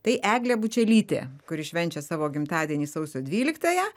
tai eglė bučelytė kuri švenčia savo gimtadienį sausio dvyliktąją